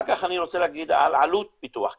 אחר כך אני רוצה להגיד על עלות פיתוח קרקע.